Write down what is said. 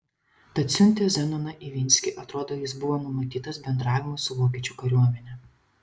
tad siuntė zenoną ivinskį atrodo jis buvo numatytas bendravimui su vokiečių kariuomene